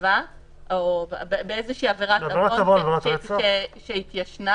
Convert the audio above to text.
הגניבה או באיזושהי עבירת עוון שהתיישנה